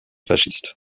fasciste